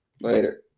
Later